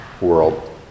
world